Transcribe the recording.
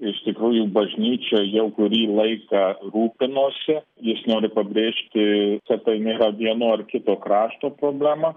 iš tikrųjų bažnyčia jau kurį laiką rūpinosi jis nori pabrėžti kad tai nėra vieno ar kito krašto problema